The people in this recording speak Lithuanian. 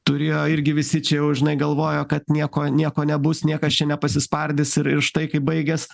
turėjo irgi visi čia jau žinai galvojo kad nieko nieko nebus niekas čia nepasispardys ir ir štai kaip baigės